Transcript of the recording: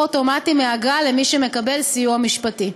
אוטומטי מאגרה למי שמקבל סיוע משפטי.